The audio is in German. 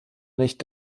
nicht